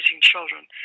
children